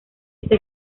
este